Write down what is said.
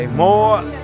more